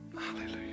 Hallelujah